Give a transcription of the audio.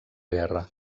guerra